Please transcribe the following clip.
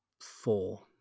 four